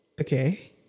Okay